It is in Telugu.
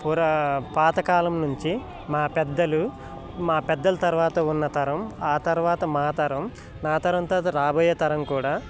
పాత కాలం నుంచి మా పెద్దలు మా పెద్దల తర్వాత ఉన్న తరం ఆ తర్వాత మా తరం నా తరం తర్వాత రాబోయ్యే తరం కూడా